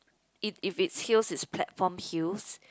it if it's heels is platform heels